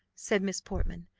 said miss portman,